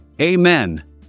Amen